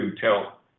tell